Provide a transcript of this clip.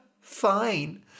Fine